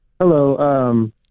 Hello